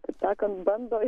taip sakant bando